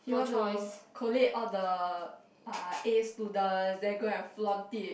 he want to collate the uh A students then go and flaunt it